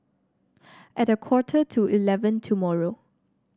at a quarter to eleven tomorrow